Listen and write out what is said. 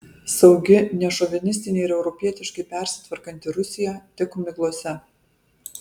saugi nešovinistinė ir europietiškai persitvarkanti rusija tik miglose